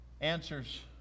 answers